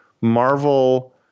Marvel